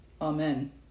Amen